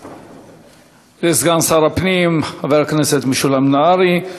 תודה לסגן שר הפנים חבר הכנסת משולם נהרי.